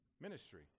ministry